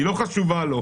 היא לא חשובה לו,